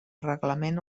reglament